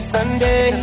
Sunday